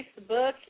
Facebook